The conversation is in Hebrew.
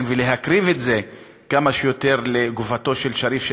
ולקרב את זה כמה שיותר לגופתו של שריף,